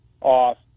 off